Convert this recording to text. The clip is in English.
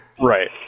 right